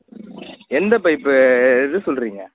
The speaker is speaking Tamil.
எந்த பைப்பு எது சொல்கிறீங்க